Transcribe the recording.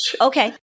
Okay